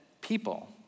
people